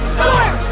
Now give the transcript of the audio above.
Storm